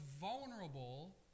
vulnerable